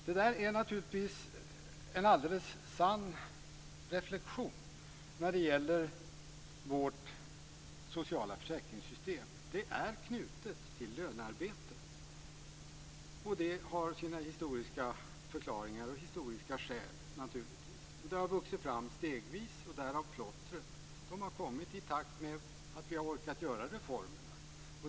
Detta är naturligtvis en alldeles sann reflexion när det gäller vårt sociala försäkringssystem. Det är knutet till lönearbete. Detta har givetvis sina historiska förklaringar och historiska skäl, och det har vuxit fram stegvis; därav plottret. Det här har kommit i takt med att vi har orkat göra reformerna.